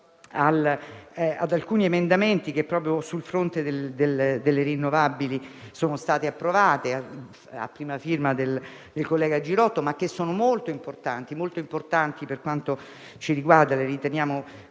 ad alcuni emendamenti che, proprio sul fronte delle rinnovabili, sono stati approvati, a prima firma del collega Girotto, e che sono molto importanti per quanto ci riguarda. Noi li riteniamo